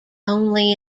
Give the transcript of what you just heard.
only